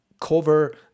cover